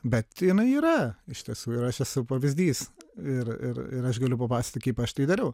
bet jinai yra iš tiesų ir aš esu pavyzdys ir ir ir aš galiu papasakoti kaip aš tai darau